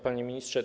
Panie Ministrze!